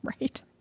Right